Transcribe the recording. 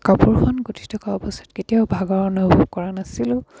কাপোৰখন গুঠি থকা অৱস্থাত কেতিয়াও ভাগৰ অনুভৱ কৰা নাছিলোঁ